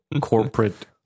corporate